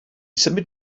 symud